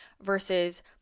versus